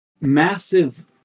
massive